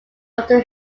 until